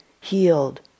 healed